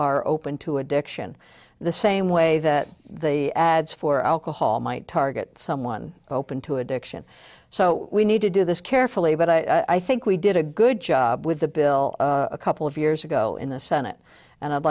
are open to addiction the same way that the ads for alcohol might target someone open to addiction so we need to do this carefully but i think we did a good job with the bill a couple of years ago in the senate and i'd